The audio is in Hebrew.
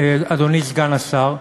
אדוני סגן השר,